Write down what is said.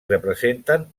representen